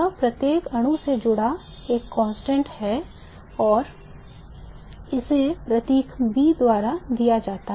तो यह प्रत्येक अणु से जुड़ा एक कांस्टेंट है और इसे प्रतीक B दिया जाता है